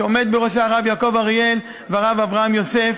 שעומדים בראשה הרב יעקב אריאל והרב אברהם יוסף.